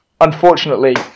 unfortunately